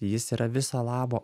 jis yra viso labo